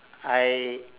I